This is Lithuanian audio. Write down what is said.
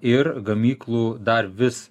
ir gamyklų dar vis